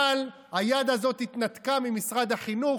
אבל היד הזאת התנתקה ממשרד החינוך,